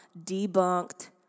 debunked